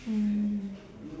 mm